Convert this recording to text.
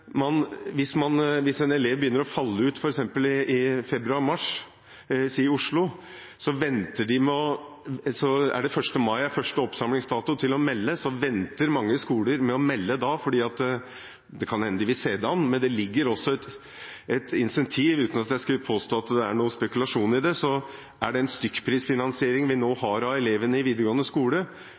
hvis en elev begynner å falle ut f.eks. i februar–mars i Oslo – og 1. mai er første oppsamlingsdato for å melde – så venter mange skoler med å melde. Det kan hende de vil se det an, men det ligger også et incentiv her, uten at jeg skal påstå at det er noen spekulasjoner i det. Stykkprisfinansieringen vi nå har av elevene i videregående skole,